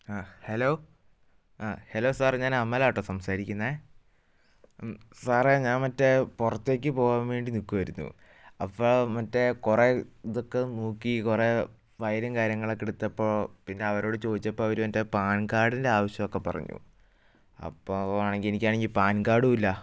ആ ഹലോ ആ hello sir ഞാൻ അമലാട്ടോ സംസാരിക്കുന്നത് സാറേ ഞാൻ മറ്റേ പുറത്തേക്ക് പോവാൻ വേണ്ടി നിൽക്കുവായിരുന്നു അപ്പോൾ മറ്റേ കുറെ ഇതൊക്കെ നോക്കി കുറെ ഫയലും കാര്യങ്ങളും ഒക്കെ എടുത്തപ്പോൾ പിന്നെ അവരോട് ചോദിച്ചപ്പോൾ അവര് മറ്റേ പാൻകാർഡിൻ്റെ ആവശ്യമൊക്കെ പറഞ്ഞു അപ്പം വേണമെങ്കിൽ എനിക്കാണെങ്കിൽ പാൻ കാർഡും ഇല്ല